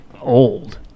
old